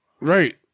Right